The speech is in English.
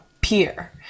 peer